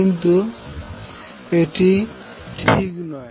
কিন্তু এটি ঠিক নয়